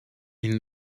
ils